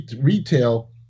retail